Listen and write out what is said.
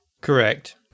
Correct